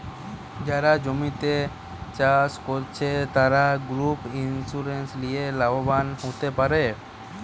যারা জমিতে ধান চাষ কোরছে, তারা ক্রপ ইন্সুরেন্স লিয়ে লাভবান হোতে পারে